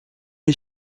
les